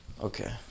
Okay